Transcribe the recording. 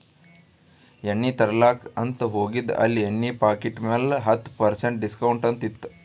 ಎಣ್ಣಿ ತರ್ಲಾಕ್ ಅಂತ್ ಹೋಗಿದ ಅಲ್ಲಿ ಎಣ್ಣಿ ಪಾಕಿಟ್ ಮ್ಯಾಲ ಹತ್ತ್ ಪರ್ಸೆಂಟ್ ಡಿಸ್ಕೌಂಟ್ ಅಂತ್ ಇತ್ತು